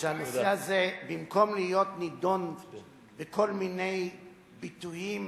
שהנושא הזה, במקום להיות נדון בכל מיני ביטויים